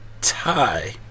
tie